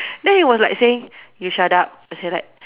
then he was like saying you shut up as in like